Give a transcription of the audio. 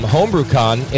HomebrewCon